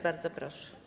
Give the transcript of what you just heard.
Bardzo proszę.